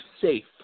safe